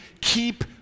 keep